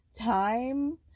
time